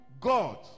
God